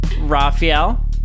Raphael